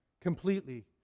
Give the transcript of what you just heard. completely